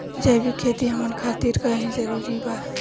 जैविक खेती हमन खातिर काहे जरूरी बा?